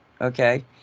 okay